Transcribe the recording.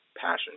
passion